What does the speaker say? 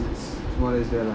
it's it's more or less there lah